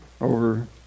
over